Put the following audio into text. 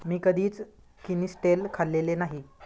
मी कधीच किनिस्टेल खाल्लेले नाही